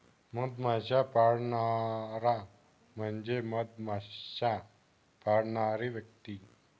मधमाश्या पाळणारा म्हणजे मधमाश्या पाळणारी व्यक्ती